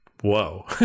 whoa